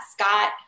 Scott